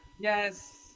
Yes